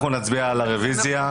על הרביזיה,